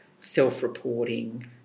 self-reporting